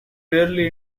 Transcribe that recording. rarely